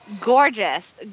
gorgeous